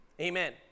amen